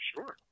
Sure